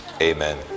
Amen